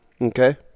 okay